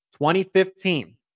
2015